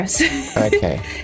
Okay